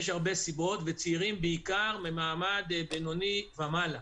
יש הרבה סיבות, וצעירים בעיקר במעמד בינוני ומעלה.